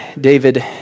David